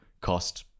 cost